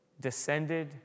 descended